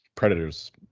Predators